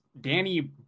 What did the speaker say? Danny